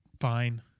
fine